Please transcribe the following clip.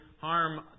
harm